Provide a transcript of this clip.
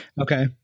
Okay